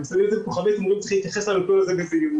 הם מסמנים את זה בכוכבית ואומרים שצריך להתייחס לנתון הזה בזהירות.